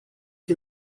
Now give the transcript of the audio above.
que